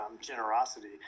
generosity